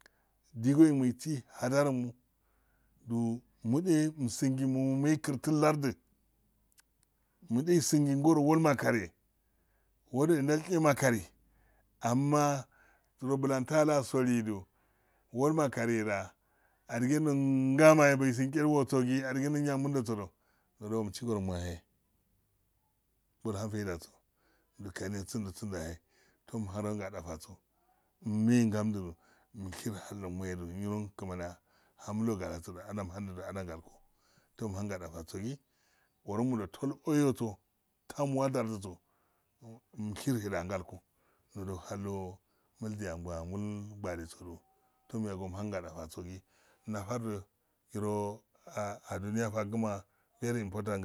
Digoyen gmo isi hadarogimo mu de musing mai kirtillardi mude musingi ngoro ngo makariye wodo e ndalshe makari amma tsoro blan tasolidu wolmakariye da adigen do ngah. ma isin shenwosodo adigendo njengundosodu ndodo musin gorogmo ya e bolhan faida sodu gani sindo-sindo ton nangadataso mmeyen ngando sodu nshir hallogmodoye nyiro kmani ahen nogmo gara asirodoada mgulko farnhangefasogi worgimo do tolkoyo so tamonadardose mshir he andgalko ndodoh holdo mulge angol gwalesodu tomyaga gi tom yego hadafagi ndo nafafdoyiro adoniya fagma very important,